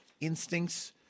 instincts